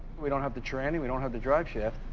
we don't have the tranny. we don't have the drive shaft.